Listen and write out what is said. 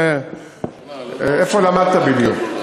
איפה למדת בדיוק?